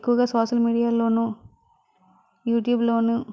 ఎక్కువగా social media లోనూ YouTube లోనూ